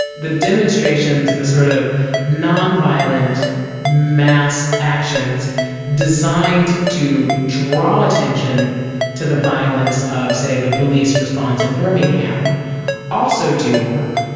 the demonstrations, the sort of nonviolent mass actions designed to draw attention to the violence of, say, the police response in birmingham also do work,